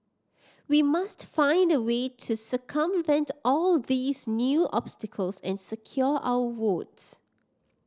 we must find a way to circumvent all these new obstacles and secure our votes